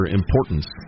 importance